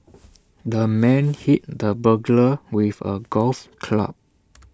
the man hit the burglar with A golf club